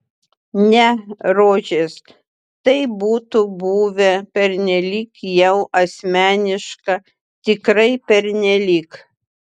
ne rožės tai būtų buvę pernelyg jau asmeniška tikrai pernelyg